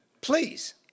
Please